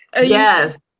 Yes